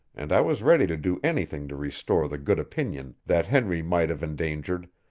and i was ready to do anything to restore the good opinion that henry might have endangered,